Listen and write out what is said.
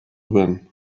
win